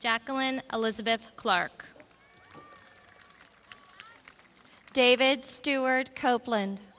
jacqueline elizabeth clark david stewart copeland